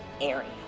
area